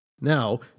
Now